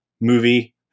movie